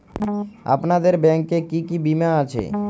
আপনাদের ব্যাংক এ কি কি বীমা আছে?